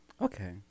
Okay